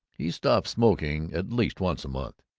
he stopped smoking at least once a month.